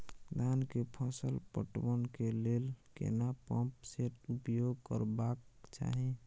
धान के फसल पटवन के लेल केना पंप सेट उपयोग करबाक चाही?